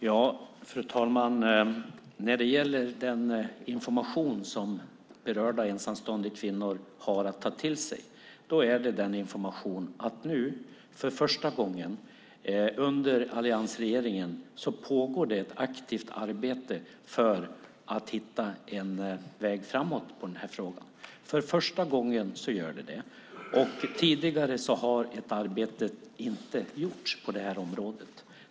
Fru talman! När det gäller den information som berörda ensamstående kvinnor har att ta till sig är det informationen att det nu, för första gången, under alliansregeringen pågår ett aktivt arbete för att hitta en väg framåt i denna fråga. För första gången pågår det. Tidigare har det inte gjorts ett arbete på detta område.